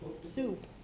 soup